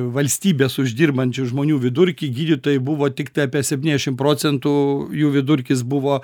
valstybės uždirbančių žmonių vidurkį gydytojai buvo tiktai apie septyniasdešimt procentų jų vidurkis buvo